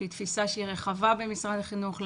שהיא תפיסה רחבה במשרד החינוך,